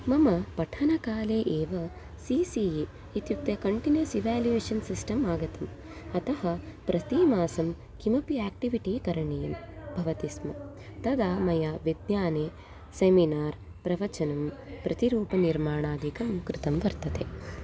मम पठनकाले एव सि सि ये इत्युक्ते कण्टिनेस् इव्यालुवेशन् सिस्टम् आगतम् अतः प्रतिमासं किमपि याक्टिविटि करणीयं भवति स्म तदा मया विज्ञाने सेमिनार् प्रवचनं प्रतिरूपनिर्माणादिकं कृतं वर्तते